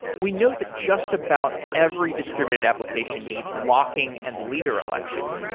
we know that just about every distributed application needs locking and leader election.